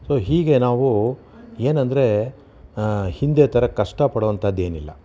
so ಹೀಗೆ ನಾವು ಏನೆಂದರೆ ಹಿಂದೆ ಥರ ಕಷ್ಟಪಡೋವಂಥದ್ದೇನಿಲ್ಲ